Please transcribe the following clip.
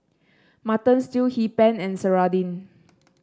Mutton Stew Hee Pan and serunding